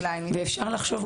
אולי --- אפשר לחשוב,